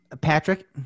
patrick